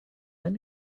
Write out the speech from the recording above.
then